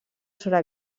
sobre